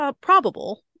probable